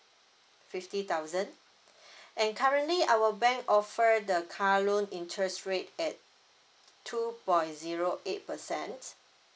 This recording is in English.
fifty thousand and currently our bank offer the car loan interest rate at t~ two point zero eight percent